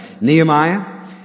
Nehemiah